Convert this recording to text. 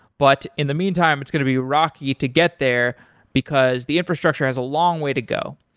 but in the meantime it's going to be rocky to get there because the infrastructure has a long way to go.